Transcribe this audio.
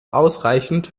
ausreichend